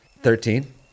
Thirteen